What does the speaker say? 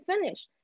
finish